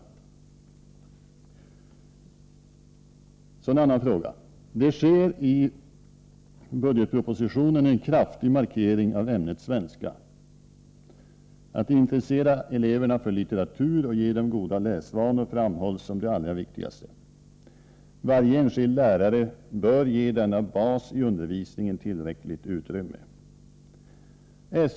Så över till en annan fråga: Det sker i budgetpropositionen en kraftig markering av ämnet svenska. Att intressera eleverna för litteratur och ge dem goda läsvanor framhålls som det allra viktigaste. Varje enskild lärare bör ge denna bas i undervisningen tillräckligt utrymme.